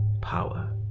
power